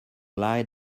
lie